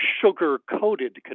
sugar-coated